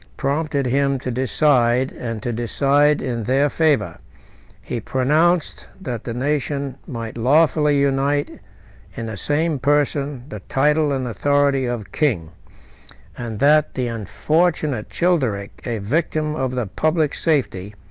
prompted him to decide, and to decide in their favor he pronounced that the nation might lawfully unite in the same person the title and authority of king and that the unfortunate childeric, a victim of the public safety,